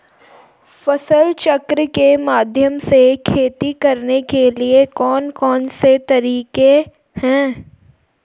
फसल चक्र के माध्यम से खेती करने के लिए कौन कौन से तरीके हैं?